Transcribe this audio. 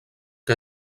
que